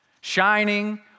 shining